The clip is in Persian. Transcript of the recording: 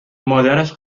مادرش